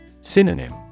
Synonym